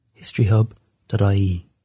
historyhub.ie